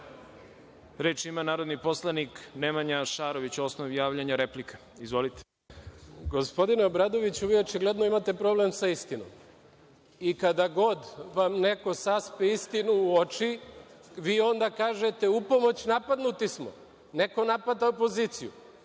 ima narodni poslanik Nemanja Šarović, osnov javljanja, replika. Izvolite. **Nemanja Šarović** Gospodine Obradoviću, vi očigledno imate problem sa istinom i kada god vam neko saspe istinu u oči, vi onda kažete – upomoć, napadnuti smo. Neko napada opoziciju,